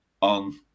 on